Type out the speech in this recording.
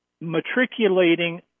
matriculating